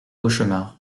cauchemars